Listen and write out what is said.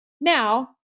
Now